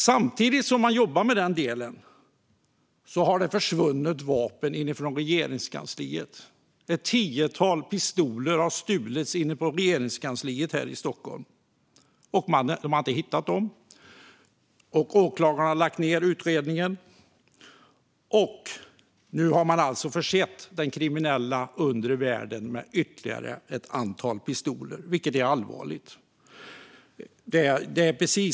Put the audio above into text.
Samtidigt som man jobbar med den delen har det försvunnit vapen inifrån Regeringskansliet. Ett tiotal pistoler har stulits inne på Regeringskansliet här i Stockholm, och de har inte hittats. Åklagaren har lagt ned utredningen. Nu har man alltså försett den kriminella undre världen med ytterligare ett antal pistoler, vilket är allvarligt.